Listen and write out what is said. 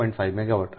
5 megawatt